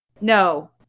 no